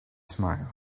smile